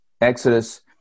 Exodus